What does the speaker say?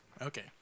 Okay